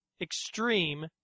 extreme